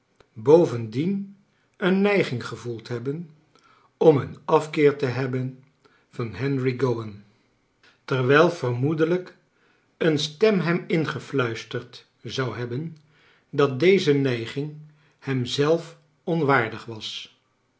bovendien een neiging gevoeld hebben om een afkeer te hebben van henry gowan terwijl vermoedelrjk een stem hem ingefluisterd zou hebben dat deze neiging hem zelf onwaardig was